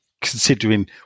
Considering